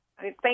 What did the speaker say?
Thank